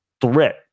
threat